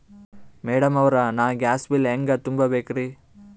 Madam ಅವ್ರ, ನಾ gas bill ಹೆಂಗ ತುಂಬಾ ಬೇಕ್ರಿ?